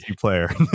player